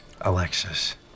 Alexis